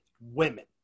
women